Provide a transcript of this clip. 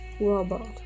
robot